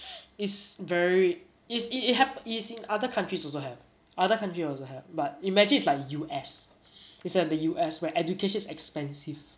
is very is it ha~ is in other countries also have other country also have but imagine it's like U_S it's at the U_S where education is expensive